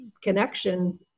connection